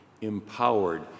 empowered